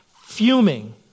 fuming